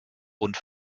und